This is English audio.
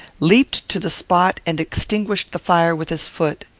leaped to the spot, and extinguished the fire with his foot.